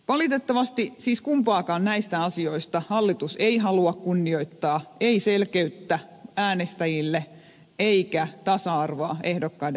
valitettavasti siis kumpaakaan näistä asioista hallitus ei halua kunnioittaa ei selkeyttä äänestäjille eikä tasa arvoa ehdokkaiden välille